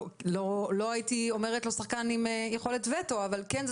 לא הייתי אומרת שהוא שחקן עם יכולת וטו אבל כן,